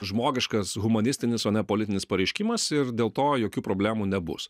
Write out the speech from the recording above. žmogiškas humanistinis o ne politinis pareiškimas ir dėl to jokių problemų nebus